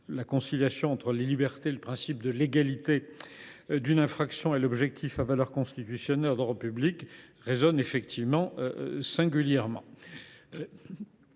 La conciliation entre les libertés, le principe de légalité d’une infraction et l’objectif à valeur constitutionnelle d’ordre public est un problème qui résonne singulièrement.